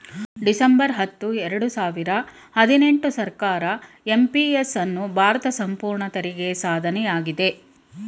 December ಹತ್ತು ಎರಡು ಸಾವಿರ ಹದಿನೆಂಟು ಸರ್ಕಾರ ಎಂ.ಪಿ.ಎಸ್ ಅನ್ನು ಭಾರತ ಸಂಪೂರ್ಣ ತೆರಿಗೆ ಸಾಧನೆಯಾಗಿದೆ